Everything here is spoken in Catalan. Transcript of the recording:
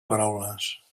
paraules